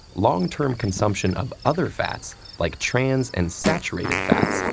long-term consumption of other fats, like trans and saturated fats,